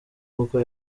kuko